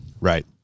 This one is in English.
Right